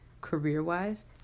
career-wise